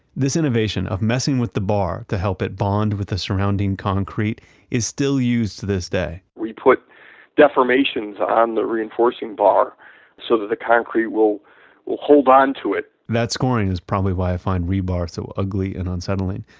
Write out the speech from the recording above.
this innovation of messing with the bar to help it bond with the surrounding concrete is still used to this day we put deformations on the reinforcing bar so that the concrete will hold on to it that scoring is probably why i find rebar so ugly and unsettling.